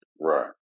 right